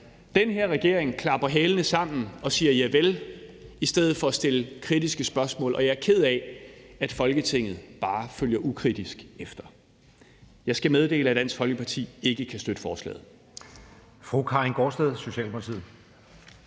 Den her regering klapper hælene sammen og siger javel i stedet for at stille kritiske spørgsmål, og jeg er ked af, at Folketinget bare følger ukritisk efter. Jeg skal meddele, at Dansk Folkeparti ikke kan støtte forslaget.